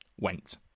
went